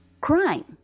Crime